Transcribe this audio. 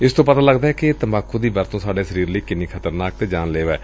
ਇਸ ਤੋਂ ਪਤਾ ਚਲਦਾ ਏ ਕਿ ਤੰਬਾਕੁ ਦੀ ਵਰਤੋਂ ਸਾਡੇ ਸਰੀਰ ਲਈ ਕਿੰਨੀ ਖ਼ਤਰਨਾਕ ਤੇ ਜਾਨਲੇਵਾ ਏ